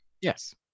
Yes